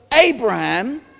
Abraham